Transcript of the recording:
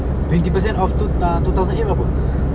twenty percent of two err two thousand eight berapa